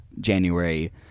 January